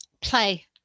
play